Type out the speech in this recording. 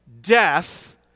death